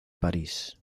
parís